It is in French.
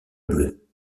bleu